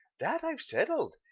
that i've settled.